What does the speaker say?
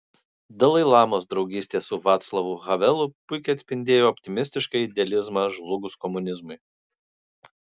dalai lamos draugystė su vaclavu havelu puikiai atspindėjo optimistišką idealizmą žlugus komunizmui